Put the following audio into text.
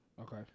Okay